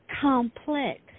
complex